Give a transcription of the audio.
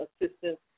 assistance